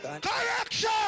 Correction